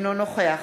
אינו נוכח